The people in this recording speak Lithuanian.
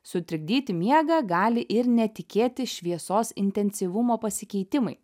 sutrikdyti miegą gali ir netikėti šviesos intensyvumo pasikeitimai